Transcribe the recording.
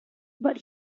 but